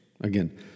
Again